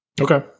Okay